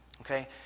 Okay